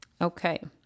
Okay